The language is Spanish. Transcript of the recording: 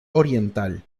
oriental